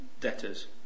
debtors